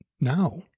now